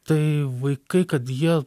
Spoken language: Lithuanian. tai vaikai kad jie